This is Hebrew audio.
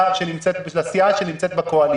ייקרא "המתווה הישראלי".